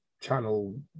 channel